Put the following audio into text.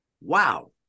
Wow